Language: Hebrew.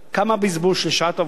כמה בזבוז של שעות עבודה,